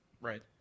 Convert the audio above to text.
Right